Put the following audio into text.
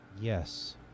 Yes